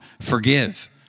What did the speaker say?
Forgive